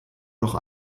noch